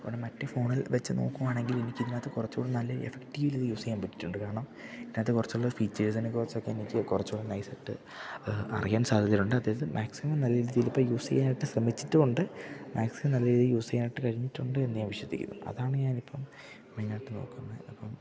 മറ്റേ ഫോണിൽ വെച്ച് നോക്കുവാണെങ്കിലെനിക്കിതിനകത്ത് കൊറച്ചൂടെ നല്ല എഫക്റ്റീവ ഇത് യൂ ചെയ്യാൻ പറ്റിറ്റുണ്ട് കാരണം ഇതിനകത്ത് കൊറച്ചുള്ള ഫീച്ചേഴ്സിനെക്കൊറച്ചൊക്കെ എനിക്ക് കൊറച്ചൂടെ നൈസാട്ട് അറിയാൻ സാദിച്ചിട്ടുണ്ട് അതായത് മാക്സിമം നല്ല രീതിയില് ഇപ്പ യൂസ് ചെയ്യാനായിട്ട് ശ്രമിച്ചിട്ടുണ്ട് മാക്സിമം നല്ല രീതിക്ക് യൂസ് ചെയ്യാനായിട്ട് കഴിഞ്ഞിട്ടുണ്ട് എന്ന് ഞാൻ വിശ്വസിക്കുന്നു അതാണ് ഞാനിപ്പം മെയിനായിട്ട് നോക്കുന്ന അപ്പം